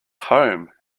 home